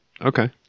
Okay